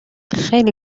خیلی